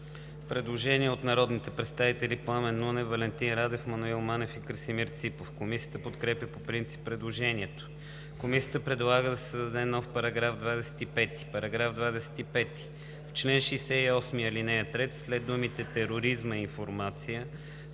Предложение от народните представители Пламен Нунев, Валентин Радев, Маноил Манев и Красимир Ципов. Комисията подкрепя по принцип предложението. Комисията предлага да се създаде нов § 25: „§ 25. В чл. 68, ал. 3, след думите „тероризма информация“